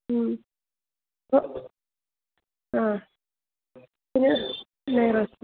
ഉം പിന്നെ നെയ് റോസ്റ്റ്